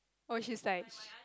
oh she like sh~